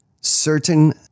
certain